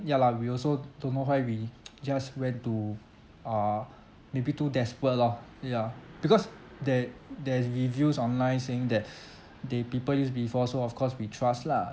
ya lah we also d~ don't know why we just went to uh maybe too desperate lor ya because that there's reviews online saying that they people use before so of course we trust lah